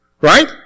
right